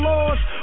Laws